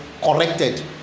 corrected